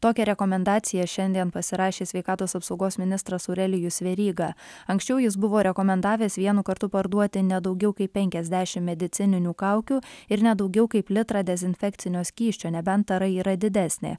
tokią rekomendaciją šiandien pasirašė sveikatos apsaugos ministras aurelijus veryga anksčiau jis buvo rekomendavęs vienu kartu parduoti ne daugiau kaip penkiasdešimt medicininių kaukių ir ne daugiau kaip litrą dezinfekcinio skysčio nebent tara yra didesnė